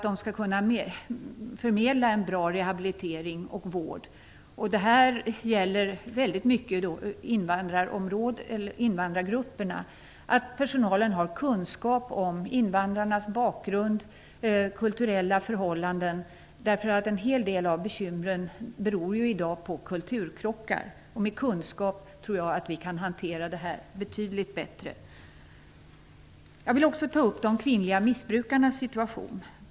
De skall kunna förmedla en bra rehabilitering och vård. För invandrargrupperna gäller att personalen har kunskap om invandrarnas bakgrund och kulturella förhållanden. En hel del av bekymren i dag beror på kulturkrockar, och med kunskap tror jag att vi kan hantera det här betydligt bättre. Jag vill vidare ta upp de kvinnliga missbrukarnas situation.